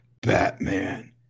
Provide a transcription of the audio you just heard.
Batman